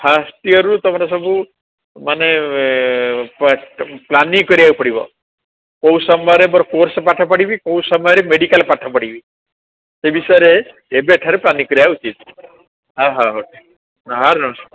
ଫାଷ୍ଟୟରରୁ ତୁମର ସବୁ ମାନେ ପ୍ଲାନିଂ କରିବାକୁ ପଡ଼ିବ କୋଉ ସମୟରେ ମୋର କୋର୍ସ ପାଠ ପଢ଼ିବି କୋଉ ସମୟରେ ମେଡିକାଲ ପାଠ ପଢ଼ିବି ସେ ବିଷୟରେ ଏବେ ଠାରୁ ପ୍ଲାନିଂ କରିବାକୁ ଉଚିତ ହଉ ହଉ ହଁ